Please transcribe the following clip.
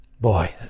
boy